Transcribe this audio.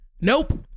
Nope